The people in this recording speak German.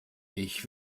ich